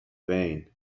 فین